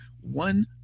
one